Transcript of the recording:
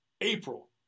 April